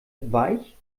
weich